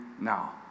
now